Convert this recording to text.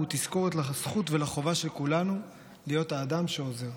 הוא תזכורת לזכות ולחובה של כולנו להיות האדם שעוזר.